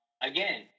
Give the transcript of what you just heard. again